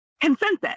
consensus